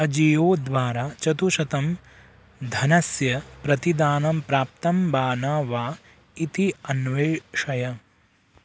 अजियो द्वारा चतुःशतं धनस्य प्रतिदानं प्राप्तं वा न वा इति अन्वेषय